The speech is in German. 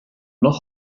noch